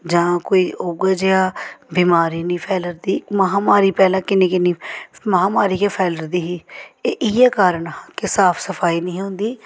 जां कोई उ'ऐ जेहा बमारी नि फैलरदी महामारी पैह्ले किन्नी किन्नी महामारी गै फैलरदी ही एह् इ'यै कारण हा कि साफ सफाई निं ही होंदी